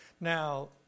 Now